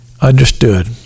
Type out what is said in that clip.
understood